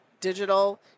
digital